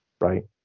right